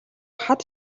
хад